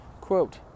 Quote